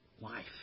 life